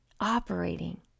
Operating